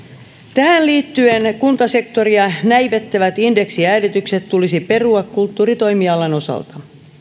tähän liittyen kuntasektoria näivettävät indeksijäädytykset tulisi perua kulttuuritoimialan osalta